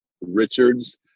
Richards